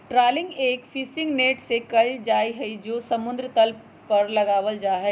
trawling एक fishing net से कइल जाहई जो समुद्र तल पर लगावल जाहई